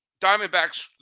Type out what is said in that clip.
Diamondbacks